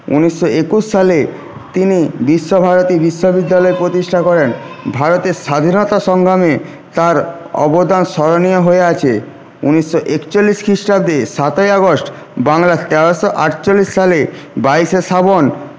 উনিশশো একুশ সালে তিনি বিশ্বভারতী বিশ্ববিদ্যালয় প্রতিষ্ঠা করেন ভারতের স্বাধীনতা সংগ্রামে তাঁর অবদান স্মরণীয় হয়ে আছে উনিশশো একচল্লিশ খ্রীষ্টাব্দে সাতই আগস্ট বাংলার তেরোশো আটচল্লিশ সালে বাইশে শ্রাবণ